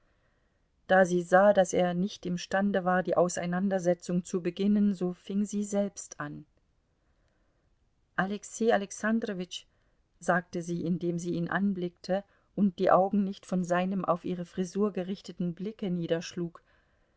da sie sah daß er nicht imstande war die auseinandersetzung zu beginnen so fing sie selbst an alexei alexandrowitsch sagte sie indem sie ihn anblickte und die augen nicht vor seinem auf ihre frisur gerichteten blicke niederschlug